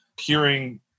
hearing